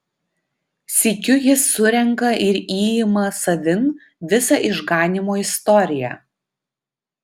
sykiu jis surenka ir įima savin visą išganymo istoriją